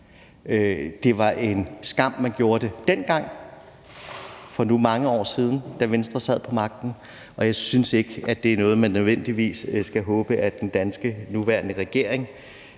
Det var en skam, at man gjorde det dengang for nu mange år siden, da Venstre sad på magten, og jeg synes ikke, at det er noget, man nødvendigvis skal håbe at den nuværende danske regering